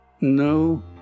No